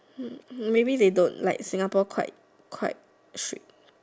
maybe they don't like Singapore quite quite strict